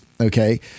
okay